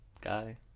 guy